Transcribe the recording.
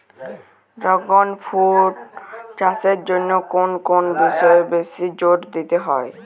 Dragon fruit চাষের জন্য কোন কোন বিষয়ে বেশি জোর দিতে হয়?